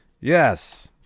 Yes